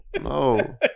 No